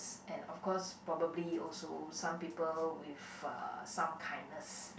and of course probably also some people with a some kindness